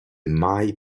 mai